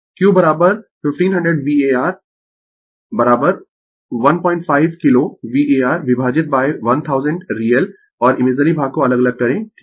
Refer Slide Time 3202 Q 1500 var 15 किलो var विभाजित 1000 real और इमेजिनरी भाग को अलग अलग करें ठीक है